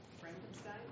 Frankenstein